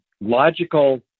logical